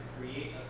create